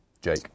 Jake